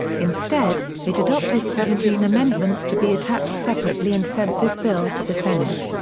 instead, it adopted seventeen amendments to be attached separately and sent this bill to the senate.